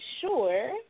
sure